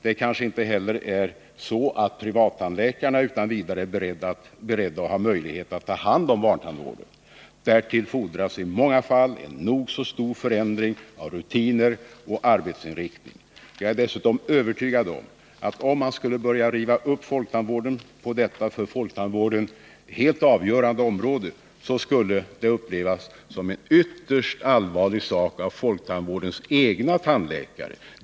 Det kanske inte heller är så att privattandläkarna utan vidare är beredda och har möjlighet att ta hand om barntandvården. Därtill fordras i många fall en nog så stor förändring av rutiner och arbetsinriktning. Jag är dessutom övertygad om att ifall man började riva upp folktandvården på detta för folktandvården helt avgörande område, så skulle det upplevas som en ytterst allvarlig sak av folktandvårdens egna tandläkare.